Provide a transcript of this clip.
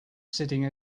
sitting